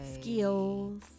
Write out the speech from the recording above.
skills